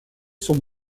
son